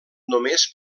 només